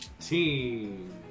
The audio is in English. team